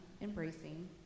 embracing